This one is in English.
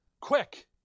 Quick